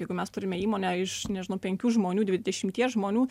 jeigu mes turime įmonę iš nežinau penkių žmonių dvidešimties žmonių